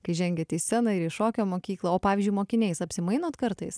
kai žengiate į sceną ir į šokio mokyklą o pavyzdžiui mokiniais apsimainot kartais